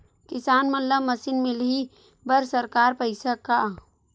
किसान मन ला मशीन मिलही बर सरकार पईसा का?